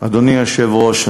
אדוני היושב-ראש.